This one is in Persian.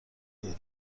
داریم